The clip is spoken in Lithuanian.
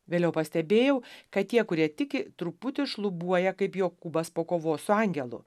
vėliau pastebėjau kad tie kurie tiki truputį šlubuoja kaip jokūbas po kovos su angelu